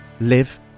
live